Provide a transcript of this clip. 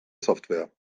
software